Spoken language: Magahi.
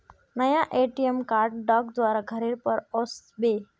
नया ए.टी.एम कार्ड डाक द्वारा घरेर पर ओस बे